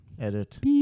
edit